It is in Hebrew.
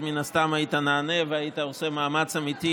מן הסתם היית נענה והיית עושה מאמץ אמיתי